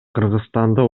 кыргызстанда